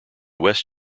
west